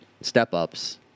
step-ups